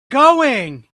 going